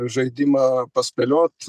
žaidimą paspėliot